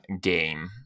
game